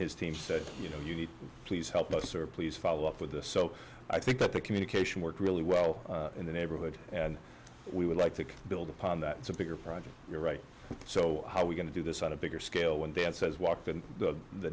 his team said you know you need please help us or please follow up with this so i think that the communication worked really well in the neighborhood and we would like to build upon that it's a bigger project you're right so how we're going to do this on a bigger scale when dad says walk in the